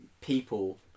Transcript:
people